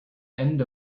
end